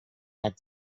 had